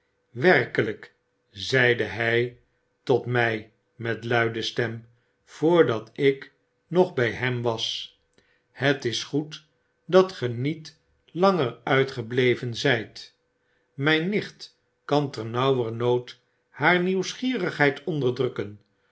werkelyk zeide hy tot my met luide stem voordat ik nog by hem was het is goed dat ge niet langer uitgebleven zyt myn nicht kan ternauwernood haar nieuwsgierigheid onderdrukken